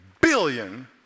billion